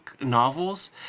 novels